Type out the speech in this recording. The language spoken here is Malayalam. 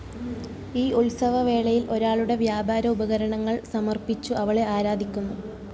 ഈ ഉത്സവ വേളയിൽ ഒരാളുടെ വ്യാപാര ഉപകരണങ്ങൾ സമർപ്പിച്ചു അവളെ ആരാധിക്കുന്നു